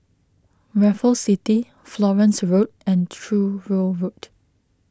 Raffles City Florence Road and Truro Road